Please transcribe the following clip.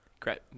Great